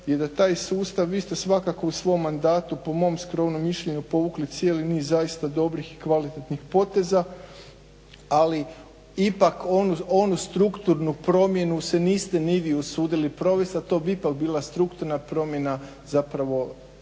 I da taj sustav, vi ste svakako u svom mandatu po mom skromnom mišljenju povukli cijeli niz zaista dobrih i kvalitetnih poteza, ali ipak onu strukturnu promjenu se niste ni vi usudili provesti, a to bi ipak bila strukturna promjena zapravo